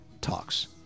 talks